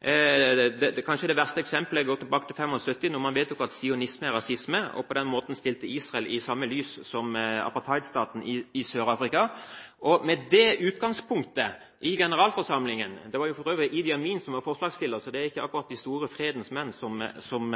Det verste eksemplet går kanskje tilbake til 1975, da man vedtok at sionisme er rasisme, og på den måten stilte Israel i samme lys som apartheidstaten i Sør-Afrika. Med det utgangspunktet i generalforsamlingen – det var for øvrig Idi Amin som var forslagsstiller, så det var ikke akkurat en fredens mann som